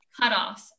cutoffs